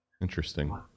Interesting